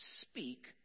speak